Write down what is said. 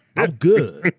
i'm good.